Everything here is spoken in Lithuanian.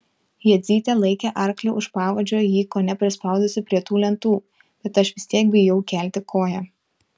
jadzytė laikė arklį už pavadžio jį kone prispaudusi prie tų lentų bet aš vis tiek bijau kelti koją